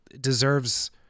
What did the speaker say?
deserves